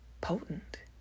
potent